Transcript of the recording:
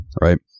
right